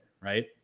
right